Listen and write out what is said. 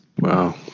Wow